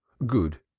good!